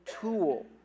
tool